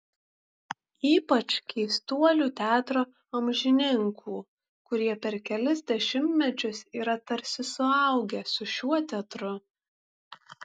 ypač keistuolių teatro amžininkų kurie per kelis dešimtmečius yra tarsi suaugę su šiuo teatru